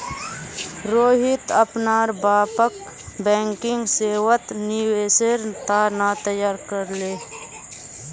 रोहित अपनार बापक बैंकिंग सेवात निवेशेर त न तैयार कर ले